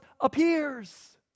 appears